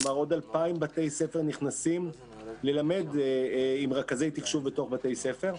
כלומר עוד 2,000 בתי ספר נכנסים ללמד עם רכזי תקשוב בתוך בתי ספר.